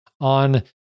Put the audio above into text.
on